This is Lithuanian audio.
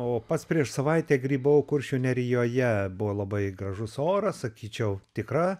o pats prieš savaitę grybavau kuršių nerijoje buvo labai gražus oras sakyčiau tikra